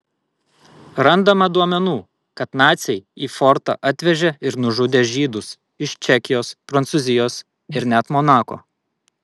randama duomenų kad naciai į fortą atvežė ir nužudė žydus iš čekijos prancūzijos ir net monako